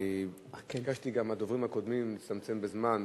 ביקשתי גם מהדוברים הקודמים להצטמצם בזמן.